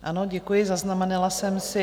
Ano, děkuji, zaznamenala jsem si.